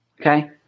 Okay